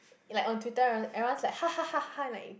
like on Twitter everyone everyone's like hahahaha like